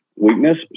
Weakness